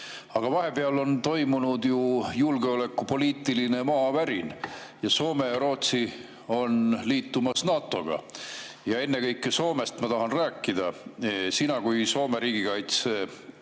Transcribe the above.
Aga vahepeal on toimunud ju julgeolekupoliitiline maavärin ning Soome ja Rootsi on liitumas NATO‑ga. Ennekõike Soomest ma tahan rääkida. Sina kui Soome riigikaitsekõrgkooli